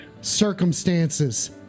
circumstances